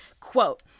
Quote